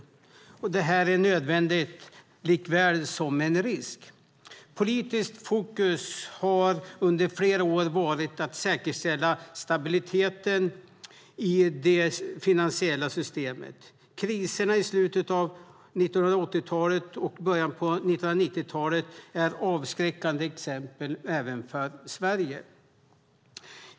Det här är en nödvändighet likaväl som det är en risk. Politiskt fokus har under flera år varit att säkerställa stabiliteten i det finansiella systemet. Kriserna i slutet av 1980-talet och början av 1990-talet är avskräckande exempel även för Sverige.